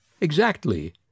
Exactly